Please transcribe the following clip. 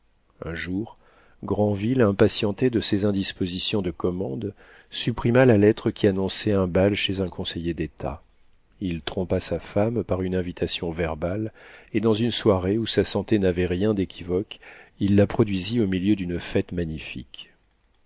un jour granville impatienté de ces indispositions de commande supprima la lettre qui annonçait un bal chez un conseiller d'état il trompa sa femme par une invitation verbale et dans une soirée où sa santé n'avait rien d'équivoque il la produisit au milieu d'une fête magnifique